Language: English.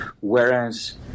whereas